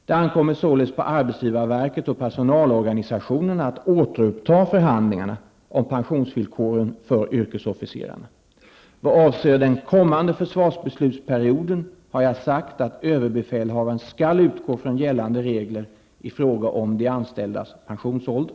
Det ankommer således på arbetsgivarverket och personalorganisationerna att återuppta förhandlingarna om pensionsvillkoren för yrkesofficerarna. Vad avser den kommande försvarsbeslutsperioden har jag sagt att överbefälhavaren skall utgå från gällande regler i fråga om de anställdas pensionsålder.